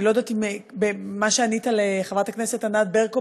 אני לא יודעת אם מה שענית לחברת כנסת ענת ברקו